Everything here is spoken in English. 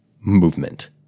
movement